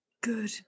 good